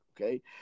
okay